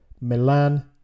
Milan